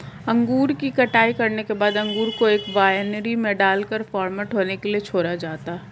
अंगूर की कटाई करने के बाद अंगूर को एक वायनरी में डालकर फर्मेंट होने के लिए छोड़ा जाता है